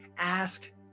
ask